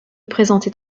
présenter